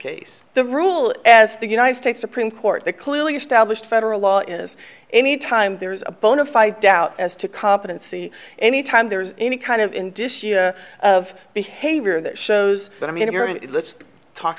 case the rule as the united states supreme court that clearly established federal law is anytime there's a bonafide doubt as to competency anytime there's any kind of indicia of behavior that shows that i mean it let's talk